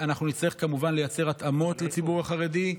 אנחנו נצטרך כמובן לייצר התאמות לציבור החרדי,